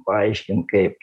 paaiškint kaip